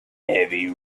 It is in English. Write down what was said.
heavy